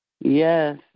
Yes